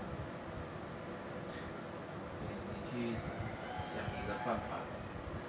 okay 你去想你的办法